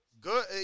Good